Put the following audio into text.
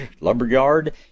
lumberyard